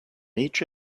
each